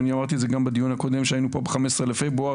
אני אמרתי את זה גם בדיון הקודם שהיינו פה ב-15 בפברואר,